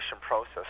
process